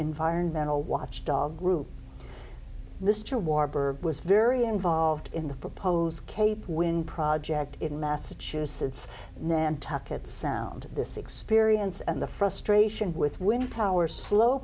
environmental watchdog group mr warburg was very involved in the proposed cape wind project in massachusetts nantucket sound this experience and the frustration with wind power slow